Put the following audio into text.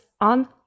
on